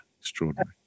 Extraordinary